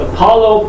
Apollo